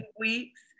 weeks